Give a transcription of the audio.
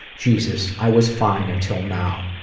jesus. i was fine until now.